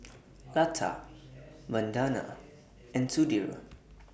Lata Vandana and Sudhir